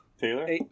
Taylor